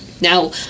Now